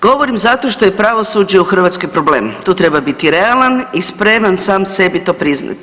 Govorim zato što je pravosuđe u Hrvatskoj problem, tu treba biti realan i spreman sam sebi to priznati.